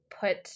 put